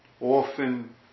often